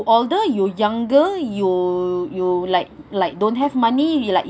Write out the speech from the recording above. older you younger you you like like don't have money like